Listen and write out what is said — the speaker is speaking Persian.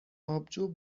آبجو